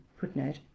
Footnote